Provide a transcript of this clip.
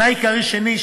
תנאי עיקרי שני,